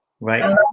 Right